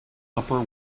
upper